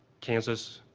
kansas